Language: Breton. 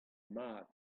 mat